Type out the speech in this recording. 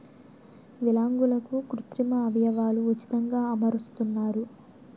విలాంగులకు కృత్రిమ అవయవాలు ఉచితంగా అమరుస్తున్నారు